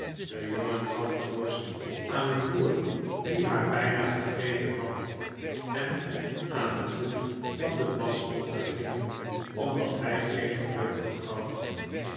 de jongen gaf de worst aan een boer die haar bijna gegrepen had en aan den voet van den mast stond te grienen omdat hij geen geluk had gehad